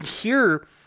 hear